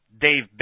Dave